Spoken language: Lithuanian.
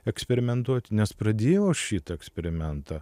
eksperimentuoti nes pradėjau aš šitą eksperimentą